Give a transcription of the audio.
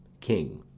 king.